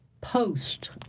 post